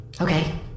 Okay